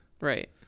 Right